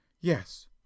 Yes